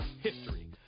history